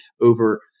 over